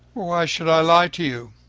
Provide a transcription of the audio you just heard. why should i lie to you?